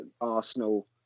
Arsenal